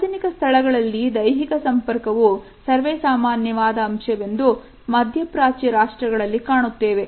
ಸಾರ್ವಜನಿಕ ಸ್ಥಳಗಳಲ್ಲಿ ದೈಹಿಕ ಸಂಪರ್ಕವೂ ಸರ್ವೇಸಾಮಾನ್ಯವಾದ ಅಂಶವೆಂದು ಮಧ್ಯಪ್ರಾಚ್ಯ ರಾಷ್ಟ್ರಗಳಲ್ಲಿ ಕಾಣುತ್ತೇವೆ